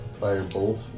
Firebolt